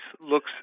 looks